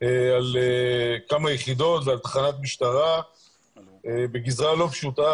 על כמה יחידות ועל תחנת משטרה בגזרה לא פשוטה,